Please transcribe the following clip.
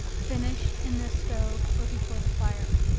finish in a stove or before the fire.